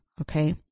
Okay